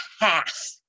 half